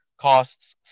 costs